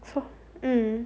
so mm